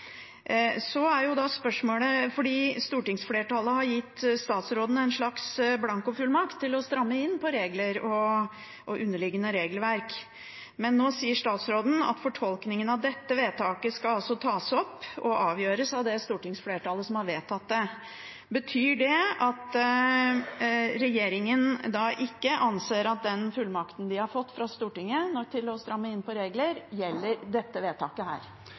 Så er spørsmålet: Stortingsflertallet har gitt statsråden en slags blankofullmakt til å stramme inn på regler og underliggende regelverk, men nå sier statsråden at fortolkningen av dette vedtaket skal tas opp og avgjøres av det stortingsflertallet som har vedtatt det. Betyr det at regjeringen ikke anser at den fullmakten de har fått fra Stortinget til å stramme inn på regler, gjelder dette vedtaket?